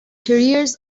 carriers